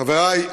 חבריי,